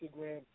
Instagram